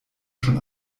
schon